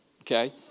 okay